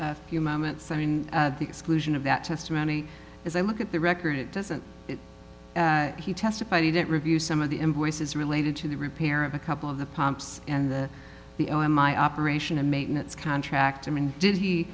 a few moments i mean the exclusion of that testimony as i look at the record it doesn't he testified he didn't review some of the invoice is related to the repair of a couple of the pumps and that the imei operation and maintenance contract i mean did he